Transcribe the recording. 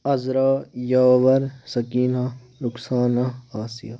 Azra Yawar Sakina Rukhsana Asiya